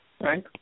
Right